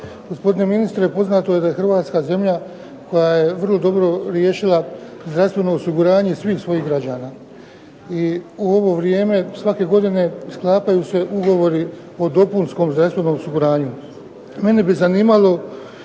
Hrvatska zemlja koja je vrlo dobro riješila zdravstveno osiguranje svih svojih građana. I u ovo vrijeme svake godine sklapaju se ugovori po dopunskom zdravstvenom osiguranju.